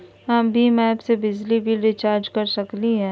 हम भीम ऐप से बिजली बिल रिचार्ज कर सकली हई?